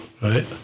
right